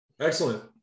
Excellent